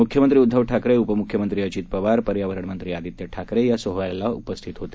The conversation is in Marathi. मुख्यमंत्री उद्दव ठाकरे उपमुख्यमंत्री अजित पवार पर्यावरण मंत्री आदित्य ठाकरे या सोहळ्याला उपस्थित होते